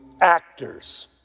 actors